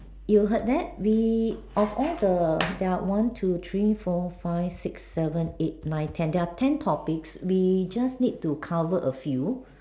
you heard that we of all the there are one two three four five six seven eight nine ten topics we just need to cover a few